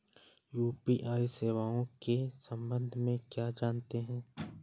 UPI सेवाओं के संबंध में क्या जानते हैं?